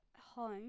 home